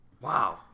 Wow